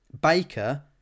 Baker